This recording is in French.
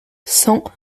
cent